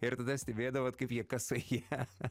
ir tada stebėdavot kaip jie kasoje